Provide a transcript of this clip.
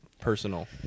personal